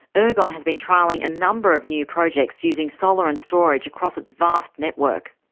ergon has been trialling a number of new projects using solar and storage across its vast network.